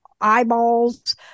eyeballs